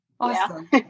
Awesome